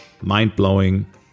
mind-blowing